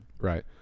Right